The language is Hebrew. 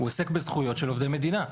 הוא עוסק בזכויות של עובדי מדינה.